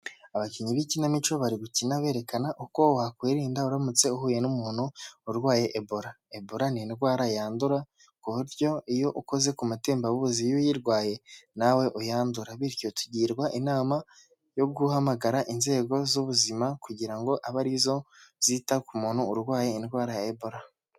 Abakinnyi b'ikinamico bari gukina berekana uko wakwirinda uramutse uhuye n'umuntu urwaye Ebola. Ebola ni indwara yandura ku buryo iyo ukoze ku matembabuzi y'uyirwaye nawe uyandura. Bityo tugirwa inama yo guhamagara inzego z'ubuzima kugira ngo abe ari zo zita ku muntu urwaye indwara ya Ebola.